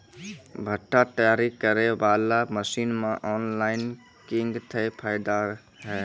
भुट्टा तैयारी करें बाला मसीन मे ऑनलाइन किंग थे फायदा हे?